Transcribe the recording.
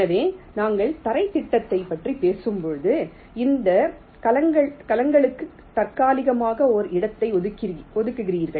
எனவே நாங்கள் தரைத் திட்டத்தைப் பற்றி பேசும்போது இந்த கலங்களுக்கு தற்காலிகமாக ஒரு இடத்தை ஒதுக்குகிறீர்கள்